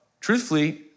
truthfully